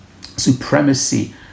supremacy